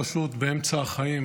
פשוט באמצע החיים,